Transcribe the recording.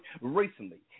recently